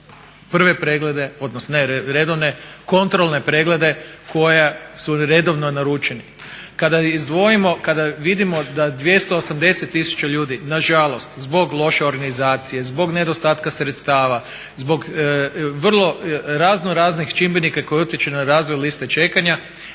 prve preglede, odnosno ne redovne, kontrolne preglede koji su redovno naručeni. Kada izdvojimo, kada vidimo da 280 tisuća ljudi nažalost zbog loše organizacije, zbog nedostatka sredstava, zbog vrlo raznoraznih čimbenika koji utječu na razvoj liste čekanja.